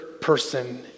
person